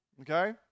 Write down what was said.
Okay